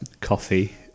coffee